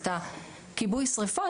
כיבוי שרפות,